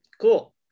cool